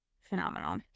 phenomenal